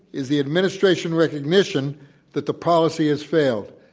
is the administration recognition that the policy has failed.